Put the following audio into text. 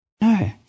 No